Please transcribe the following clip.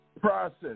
process